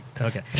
Okay